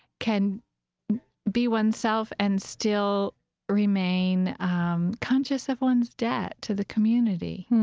can be one's self and still remain um conscious of one's debt to the community